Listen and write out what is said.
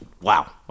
wow